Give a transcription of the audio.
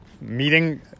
meeting